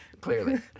clearly